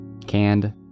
Canned